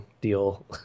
deal